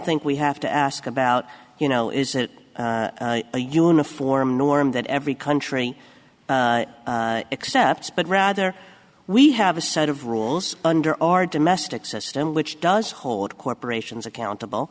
think we have to ask about you know is it a uniform norm that every country except but rather we have a set of rules under our domestic system which does hold corporations accountable